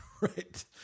right